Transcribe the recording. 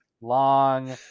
long